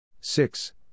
Six